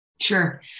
Sure